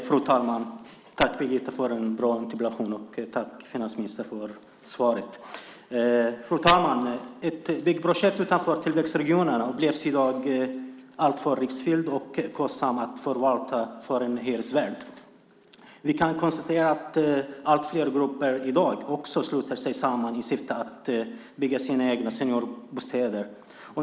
Fru talman! Jag vill tacka Birgitta för en bra interpellation och tacka finansministern för svaret. Fru talman! Ett byggprojekt utanför tillväxtregionerna upplevs i dag som alltför riskfyllt och kostsamt att förvalta för en hyresvärd. Vi kan konstatera att allt fler grupper i dag sluter sig samman i syfte att bygga sina egna seniorbostäder.